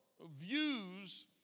views